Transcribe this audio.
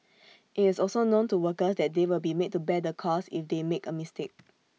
IT is also known to workers that they will be made to bear the cost if they make A mistake